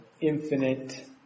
infinite